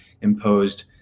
imposed